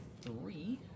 three